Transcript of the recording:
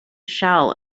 shell